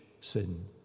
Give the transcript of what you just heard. sin